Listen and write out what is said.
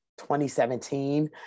2017